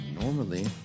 normally